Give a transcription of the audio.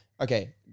okay